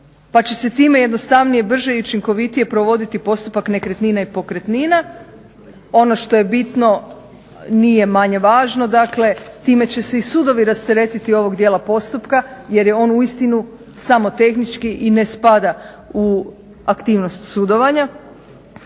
pa će se time jednostavnije, brže i učinkovitije provoditi postupak nekretnina i pokretnina. Ono što je bitno, nije manje važno dakle, time će se i sudovi rasteretiti ovog dijela postupka jer je on uistinu samo tehnički i ne spada u aktivnost sudovanja.